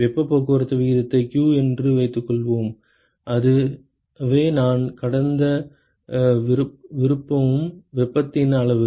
வெப்பப் போக்குவரத்து விகிதத்தை q என்று வைத்துக் கொள்வோம் அதுவே நான் கடத்த விரும்பும் வெப்பத்தின் அளவு